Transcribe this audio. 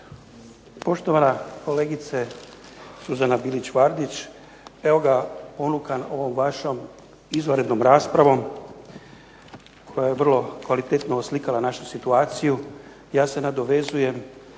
Poštovana kolegice Suzana Bilić Vardić. Evo ga, ponukan ovom vašom izvanrednom raspravom koja je vrlo kvalitetno oslikala našu situaciju. Ja se nadovezujem